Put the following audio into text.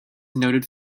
noted